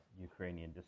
Ukrainian